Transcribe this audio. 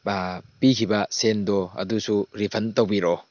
ꯄꯤꯈꯤꯕ ꯁꯦꯜꯗꯣ ꯑꯗꯨꯁꯨ ꯔꯤꯐꯟ ꯇꯧꯕꯤꯔꯛꯑꯣ